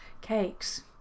cakes